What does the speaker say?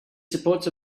supports